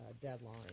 deadline